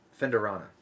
Fenderana